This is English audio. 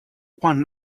one